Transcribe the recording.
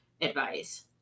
advice